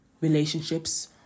relationships